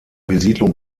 besiedlung